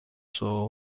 sua